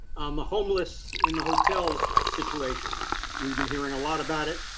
um homeless in the hotel's situation we've been hearing a lot about it.